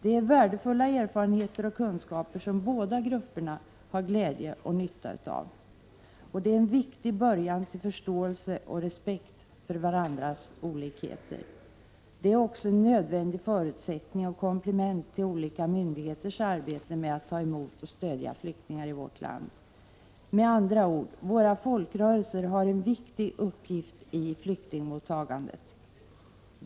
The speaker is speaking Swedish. Det är värdefulla erfarenheter och kunskaper som båda grupper har nytta och glädje av. Det är en viktig början till förståelse och respekt för varandras olikheter. Det är också en nödvändig förutsättning och ett nödvändigt komplement till olika myndigheters arbete med att ta emot och stödja flyktingar i vårt land. Med andra ord: Våra folkrörelser har en viktig uppgift när det gäller flyktingmottagandet.